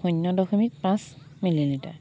শূন্য দশমিক পাঁচ মিলি লিটাৰ